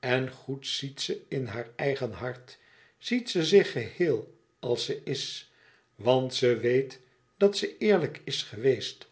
en goed ziet ze in haar eigen hart ziet ze zich geheel als ze is want ze weet dat ze eerlijk is geweest